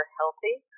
healthy